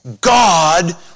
God